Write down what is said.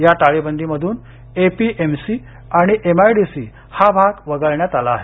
या टाळेबंदी मधून एपीएमसी आणि एमआयडीसी हा भाग वगळण्यात आला आहे